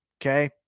Okay